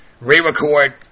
re-record